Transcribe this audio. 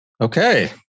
okay